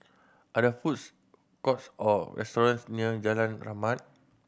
are there foods courts or restaurants near Jalan Rahmat